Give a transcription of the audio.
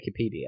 Wikipedia